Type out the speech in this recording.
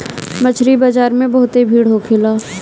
मछरी बाजार में बहुते भीड़ होखेला